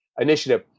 initiative